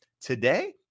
today